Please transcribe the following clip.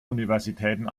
universitäten